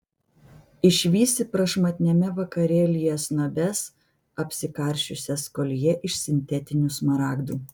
išvysi prašmatniame vakarėlyje snobes apsikarsčiusias koljė iš sintetinių smaragdų